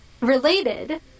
related